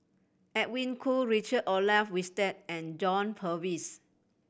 Edwin Koo Richard Olaf Winstedt and John Purvis